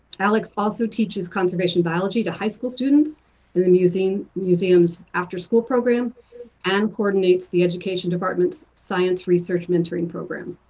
ah like so ah so teaches conservation biology to high school students and um using the museum's after school program and coordinates the education department's science research mentoring program.